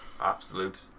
Absolute